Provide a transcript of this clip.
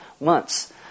months